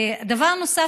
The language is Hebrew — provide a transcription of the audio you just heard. דבר נוסף,